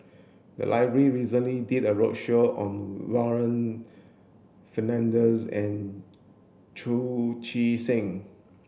the library recently did a roadshow on Warren Fernandez and Chu Chee Seng